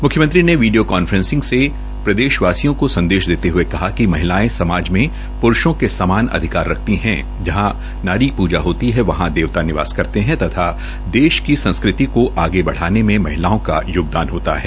मुख्यमंत्री ने video conferencing से प्रदेशवासियों को संदेश देते हये कहा कि महिलायें समाज में प्रूषों के समान अधिकार रखती है जहां नारी की पूजा होती है वहां देवता निवास करते है तथा देश की संस्कृति को आगे बढ़ाने में महिलाओं का योगदान होता है